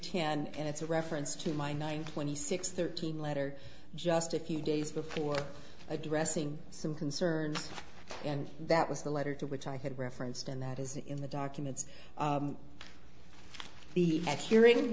chair and it's a reference to my nine twenty six thirteen letter just a few days before addressing some concerns and that was the letter to which i had referenced and that is in the documents the next hearing